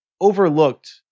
overlooked